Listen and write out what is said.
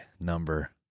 number